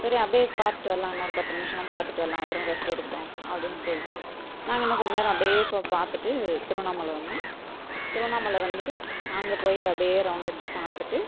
சரி அப்படியே பார்த்துட்டு வரலாம் இன்னொரு பத்து நிமிஷம் தான் பார்த்துட்டு வரலாம் அவரும் ரெஸ்ட் எடுக்கட்டும் அப்படினு சொல்லிட்டு நாங்கள் இன்னும் கொஞ்ச நேரம் அப்படியே இப்போ பார்த்துட்டு திருவண்ணாமலை வந்தோம் திருவண்ணாமலை வந்துட்டு அங்கே போய்விட்டு அப்படியே ரவுண்ட் அடித்து பார்த்துட்டு